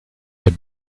the